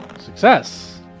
success